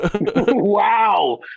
Wow